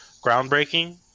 groundbreaking